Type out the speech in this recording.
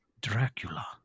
Dracula